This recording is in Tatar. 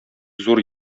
зур